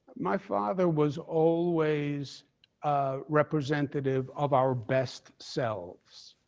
my father was always ah representative of our best selves.